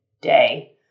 day